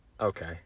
Okay